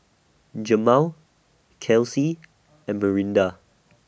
Jemal Kelcie and Miranda